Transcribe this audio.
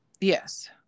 Yes